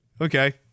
okay